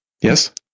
Yes